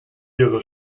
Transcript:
ihre